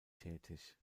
tätig